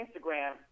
Instagram